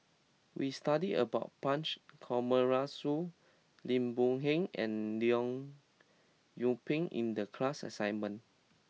we studied about Punch Coomaraswamy Lim Boon Heng and Leong Yoon Pin in the class assignment